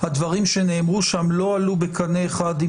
הדברים שנאמרו שם לא עלו בקנה אחד עם